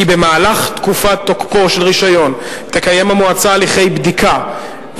במהלך תקופת תוקפו של רשיון תקיים המועצה הליכי בדיקה,